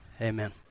Amen